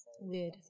Weird